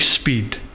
speed